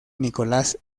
nicolás